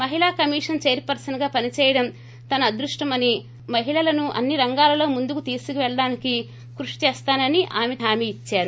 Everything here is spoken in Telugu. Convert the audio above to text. మహిళా కమిషన్ చైర్ పర్సన్గా పని చేయడం తన అదృష్ణం అని మహిళలను అన్ని రంగాలలో ముందుకు తీసుకుపెళ్ళడానికి కృషి చేస్తానని ఆమె హామీ ఇద్బారు